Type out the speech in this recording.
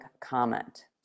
comment